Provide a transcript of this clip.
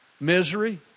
misery